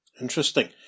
Interesting